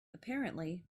apparently